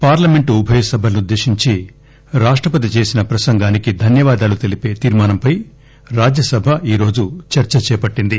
parliament ఉభయ సభలనుద్దేశించి రాష్టపతి చేసిన ప్రసంగానికి ధన్యవాదాలు తెలిపే తీర్మానంపై రాజ్యసభ ఈరోజు చర్చ చేపట్టింది